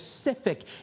specific